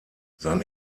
sein